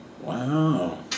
Wow